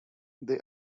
they